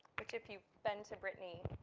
which if you've been to britney,